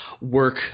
work